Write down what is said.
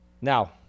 Now